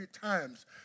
times